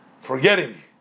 forgetting